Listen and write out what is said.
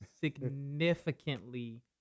Significantly